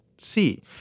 see